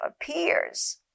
appears